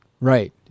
Right